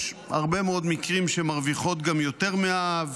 יש הרבה מאוד מקרים שהן מרוויחות גם יותר מהאב,